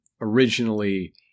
originally